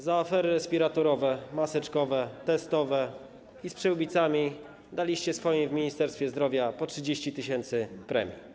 Za afery respiratorowe, maseczkowe, testowe i z przyłbicami daliście swoim w Ministerstwie Zdrowia po 30 tys. premii.